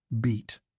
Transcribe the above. beat